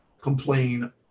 complain